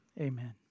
amen